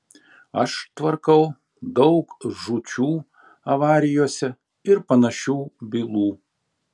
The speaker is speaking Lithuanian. aš tvarkau daug žūčių avarijose ir panašių bylų